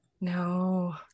No